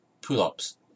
Pull-ups